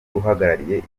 uhagarariye